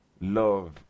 love